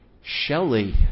Shelley